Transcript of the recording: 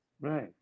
right